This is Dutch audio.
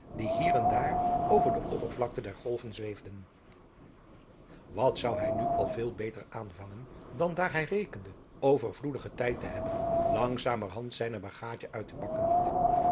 die hier en daar over de oppervlakte der golven zweesden wat zou hij nu al veel beter aanvangen dan daar hij rekende overvloedigen tijd te hebben langzamerhand zijne bagaadje uit te pakken